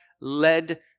led